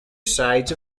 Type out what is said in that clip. sides